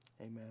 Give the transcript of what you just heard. amen